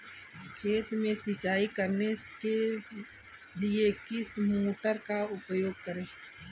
खेत में सिंचाई करने के लिए किस मोटर का उपयोग करें?